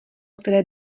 které